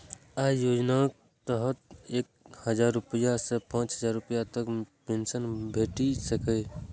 अय योजनाक तहत एक हजार रुपैया सं पांच हजार रुपैया तक पेंशन भेटि सकैए